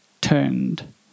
turned